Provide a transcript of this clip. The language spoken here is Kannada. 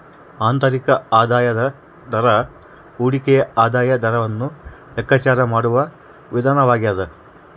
ಆಂತರಿಕ ಆದಾಯದ ದರ ಹೂಡಿಕೆಯ ಆದಾಯದ ದರವನ್ನು ಲೆಕ್ಕಾಚಾರ ಮಾಡುವ ವಿಧಾನವಾಗ್ಯದ